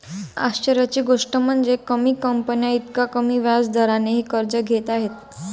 आश्चर्याची गोष्ट म्हणजे, कमी कंपन्या इतक्या कमी व्याज दरानेही कर्ज घेत आहेत